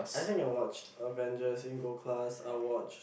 I think I watched Avengers in gold class I watched